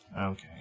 Okay